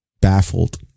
baffled